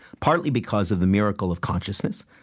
partly because of the miracle of consciousness,